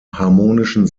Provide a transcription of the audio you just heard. harmonischen